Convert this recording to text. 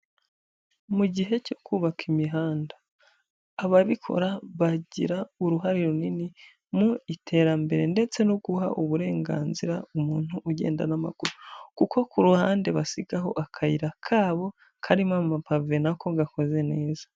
Mu gihe cyo kubaka imihanda ababikora bagira uruhare runini mu iterambere ndetse no guha uburenganzira umuntu ugenda n'amaguru, kuko ku ruhande basigaho akayira kabo karimo amapave na ko gakoze neza.